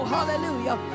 Hallelujah